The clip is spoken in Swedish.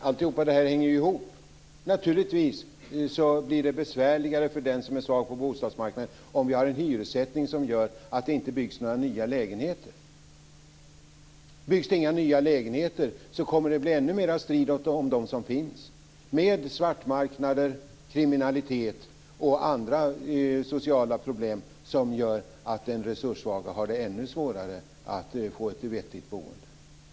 Fru talman! Allt det här hänger ju ihop. Naturligtvis blir det besvärligare för den som är svag på bostadsmarknaden om vi har en hyressättning som gör att det inte byggs några nya lägenheter. Byggs det inga nya lägenheter så kommer det att bli ännu mera strid om de som finns. Det blir svartmarknader, kriminalitet och andra sociala problem som gör att den resurssvage får ännu svårare att få ett vettigt boende.